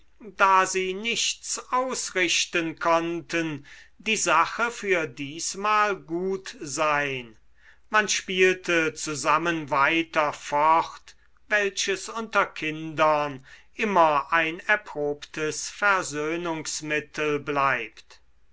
da sie nichts ausrichten konnten die sache für diesmal gut sein man spielte zusammen weiter fort welches unter kindern immer ein erprobtes versöhnungsmittel bleibt